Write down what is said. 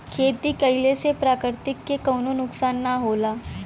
खेती कइले से प्रकृति के कउनो नुकसान ना होला